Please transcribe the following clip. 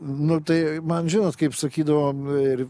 nu tai man žinot kaip sakydavo ir